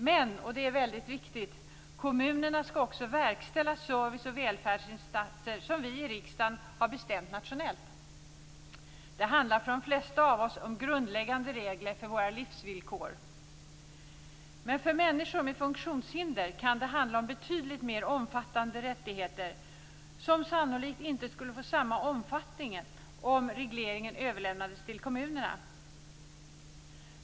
Men, och det är väldigt viktigt, kommunerna skall också verkställa service och välfärdsinsatser som vi i riksdagen har bestämt nationellt. Det handlar för de flesta av oss om grundläggande regler för våra livsvillkor. Men för människor med funktionshinder kan det handla om betydligt mer omfattande rättigheter som sannolikt inte skulle få samma omfattning om regleringen överlämnades till kommunerna.